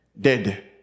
dead